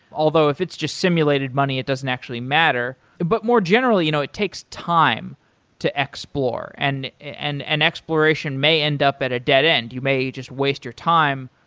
although if it's just simulated money, it doesn't actually matter. but more generally, you know it takes time to explore. and and an exploration may end up at a dead end. you may just waste your time.